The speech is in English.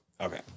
Okay